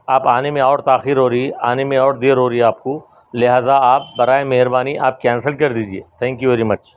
آپ آنے میں اور تاخیر ہو رہی آنے میں اور دیر ہو رہی آپ کو لہٰذا آپ برائے مہربانی آپ کینسل کر دیجیے تھینک یو ویری مچ